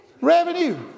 Revenue